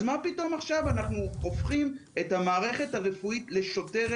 אז מה פתאום עכשיו אנחנו הופכים את המערכת הרפואית לשוטרת?